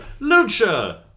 Lucha